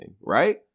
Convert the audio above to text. right